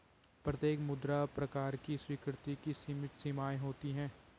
प्रत्येक मुद्रा प्रकार की स्वीकृति की सीमित सीमाएँ होती हैं